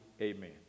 Amen